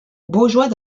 baugeois